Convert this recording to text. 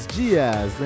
dias